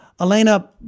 Elena